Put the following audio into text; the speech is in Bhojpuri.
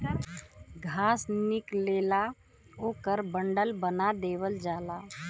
घास निकलेला ओकर बंडल बना देवल जाला